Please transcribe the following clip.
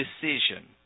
Decision